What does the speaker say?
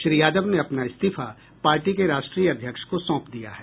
श्री यादव ने अपना इस्तीफा पार्टी के राष्ट्रीय अध्यक्ष को सौंप दिया है